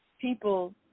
people